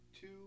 two